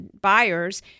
buyers